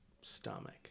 stomach